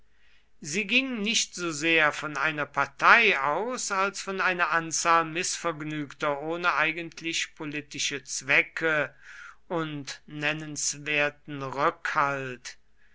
sie ging nicht so sehr von einer partei aus als von einer anzahl mißvergnügter ohne eigentlich politische zwecke und nennenswerten rückhalt